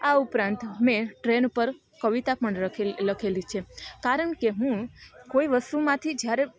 આ ઉપરાંત મેં ટ્રેન પર કવિતા પણ રખ લખેલી છે કારણ કે હું કોઈ વસ્તુમાંથી જ્યારે